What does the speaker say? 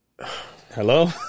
Hello